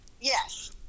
yes